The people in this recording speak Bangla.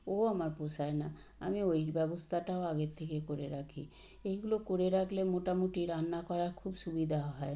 ও আমার পোষায় না আমি ওই ব্যবস্থাটাও আগের থেকে করে রাখি এইগুলো করে রাখলে মোটামুটি রান্না করা খুব সুবিধা হয়